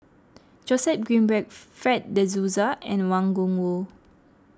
Joseph Grimberg Fred De Souza and Wang Gungwu